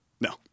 No